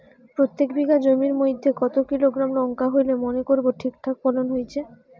প্রত্যেক বিঘা জমির মইধ্যে কতো কিলোগ্রাম লঙ্কা হইলে মনে করব ঠিকঠাক ফলন হইছে?